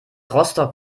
rostock